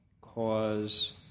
cause